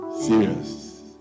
Serious